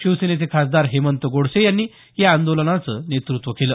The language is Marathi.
शिवसेनेचे खासदार हेमंत गोडसे यांनी या आंदोलनाचं नेतृत्व केलं